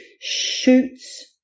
shoots